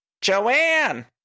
Joanne